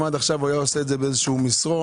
אם עד עכשיו הוא היה עושה את הפעולה במסרון,